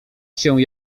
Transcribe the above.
cię